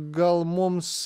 gal mums